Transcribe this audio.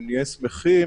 נהיה שמחים